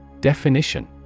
Definition